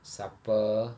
supper